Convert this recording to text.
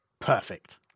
Perfect